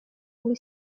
come